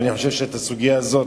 את הסוגיה הזאת,